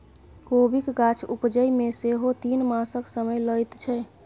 कोबीक गाछ उपजै मे सेहो तीन मासक समय लैत छै